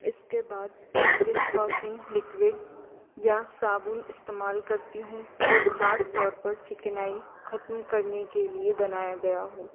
اس کے بعد dish washing liquid یا صابن استعمال کرتی ہوں جو خاص طور پر چکنائی کتم کرنے کے لیے بنایا گیا ہو